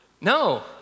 No